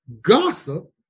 gossip